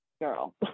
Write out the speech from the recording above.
Girl